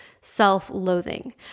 self-loathing